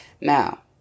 Now